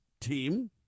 team